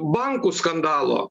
bankų skandalo